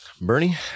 Bernie